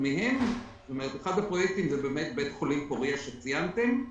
אחד הפרויקטים זה בית חולים פוריה שציינתם.